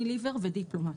ודיפלומט.